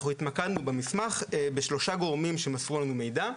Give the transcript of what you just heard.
אנחנו התמקדנו במסמך בשלושה גורמים שמסרו לנו מידע,